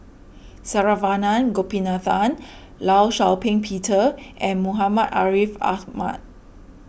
Saravanan Gopinathan Law Shau Ping Peter and Muhammad Ariff Ahmad